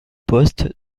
poste